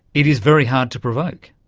it is very hard to provoke.